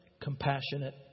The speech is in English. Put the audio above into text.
compassionate